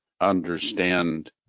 understand